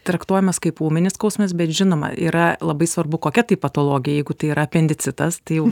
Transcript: traktuojamas kaip ūminis skausmas bet žinoma yra labai svarbu kokia tai patologija jeigu tai yra apendicitas tai jau